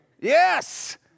Yes